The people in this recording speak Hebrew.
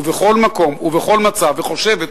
בכל מקום ובכל מצב וחושבת,